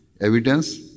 evidence